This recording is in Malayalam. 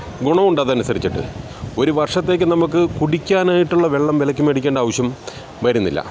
ഗുണമുണ്ട് അതനുസരിച്ചിട്ട് ഒരു വർഷത്തേക്ക് നമുക്ക് കുടിക്കാനായിട്ടുള്ള വെള്ളം വിലയ്ക്ക് മേടിക്കേണ്ട ആവശ്യം വരുന്നില്ല